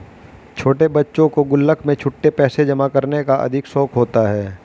छोटे बच्चों को गुल्लक में छुट्टे पैसे जमा करने का अधिक शौक होता है